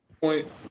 Point